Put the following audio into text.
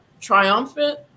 triumphant